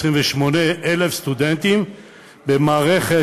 28,000 סטודנטים במערכת,